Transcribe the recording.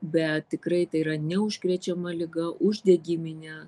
bet tikrai tai yra neužkrečiama liga uždegiminė